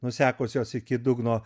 nusekusios iki dugno